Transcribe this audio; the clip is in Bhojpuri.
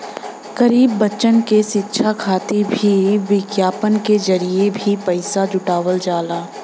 गरीब बच्चन क शिक्षा खातिर भी विज्ञापन के जरिये भी पइसा जुटावल जाला